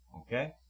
Okay